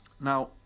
Now